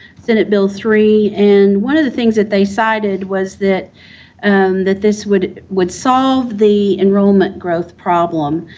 senate bill three, and one of the things that they cited was that and that this would would solve the enrollment growth problem.